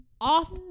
Off